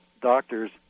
doctors